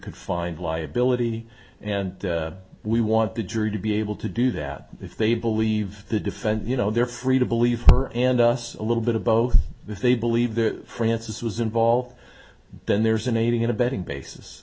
could find liability and we want the jury to be able to do that if they believe the defend you know they're free to believe her and us a little bit of both if they believe that francis was involved then there's an aiding and abetting basis